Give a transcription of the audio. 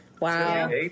Wow